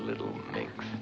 little thing